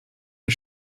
des